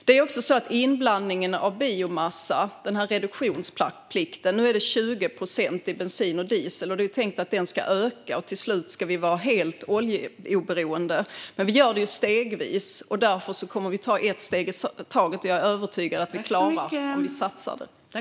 När det gäller inblandningen av biomassa är reduktionsplikten nu 20 procent i bensin och diesel. Det är tänkt att den ska öka, och till slut ska vi vara helt oljeoberoende. Men vi gör detta stegvis, och därför kommer vi att ta ett steg i taget. Jag är övertygad om att vi klarar det om vi satsar på det.